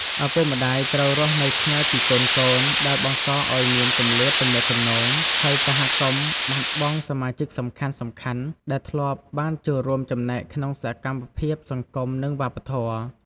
ឪពុកម្តាយត្រូវរស់នៅឆ្ងាយពីកូនៗ ដែលបង្កឲ្យមានគម្លាតទំនាក់ទំនង ហើយសហគមន៍បាត់បង់សមាជិកសំខាន់ៗដែលធ្លាប់បានចូលរួមចំណែកក្នុងសកម្មភាពសង្គម និងវប្បធម៌។